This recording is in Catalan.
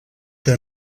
que